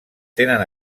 tenen